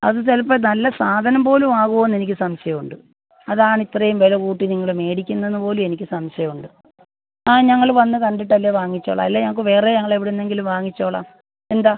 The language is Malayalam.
അത് ചിലപ്പോൾ നല്ല സാധനം പോലും ആവോന്ന് എനിക്ക് സംശയം ഉണ്ട് അതാണിത്രയും വില കൂട്ടി നിങ്ങൾ മേടിക്കുന്നതെന്ന് പോലും എനിക്ക് സംശയം ഉണ്ട് ആ ഞങ്ങൾ വന്ന് കണ്ടിട്ടല്ലേ വാങ്ങിച്ചോളാം അല്ലേ ഞങ്ങൾക്ക് വേറെ ഞങ്ങളെവിടുന്നെങ്കിലും വാങ്ങിച്ചോളാം എന്താ